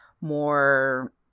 more